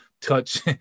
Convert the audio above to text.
Touch